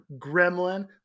gremlin